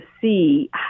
see